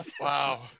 wow